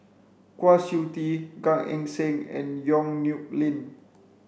Kwa Siew Tee Gan Eng Seng and Yong Nyuk Lin